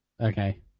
Okay